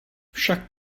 však